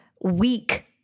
weak